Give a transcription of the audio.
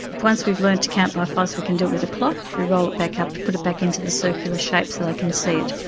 once we've learned to count by five s we can do it with a clock, we roll it back up and put it back into the circular shape so they can see it.